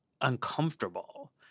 uncomfortable